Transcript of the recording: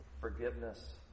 forgiveness